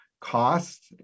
cost